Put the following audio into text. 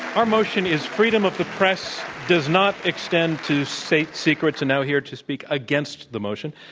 our motion is freedom of the press does not extend to state secrets. and now here to speak against the motion,